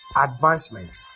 advancement